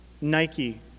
Nike